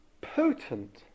potent